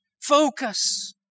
focus